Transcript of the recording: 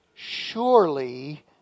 surely